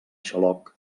xaloc